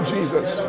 Jesus